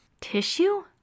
Tissue